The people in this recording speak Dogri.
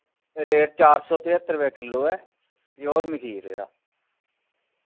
रेट चार सौ पचत्तर रपे किल्लो ऐ प्योर मखीर जेह्ड़ा